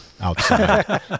outside